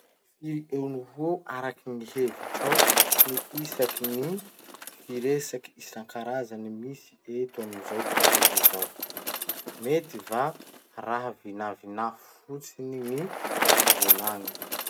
Firy eo noho eo araky gny hevitrao ny isakin'ny firesaky isan-karazany misy eto amin'izao tontolo izao? Mety va raha vinavina fotsiny gny fivolagny.